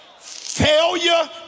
Failure